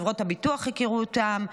חברות הביטוח הכירו אותם.